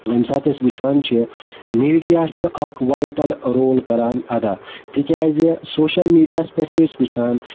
ییٚمہِ ساتہٕ أسۍ وٕچھان چھِ میٖڈیا چھُ اَکھ وایٹَل رول کَران اَدا تِکیٛازِ سوشَل میٖڈیاہَس پٮ۪ٹھ چھِ أسۍ وٕچھان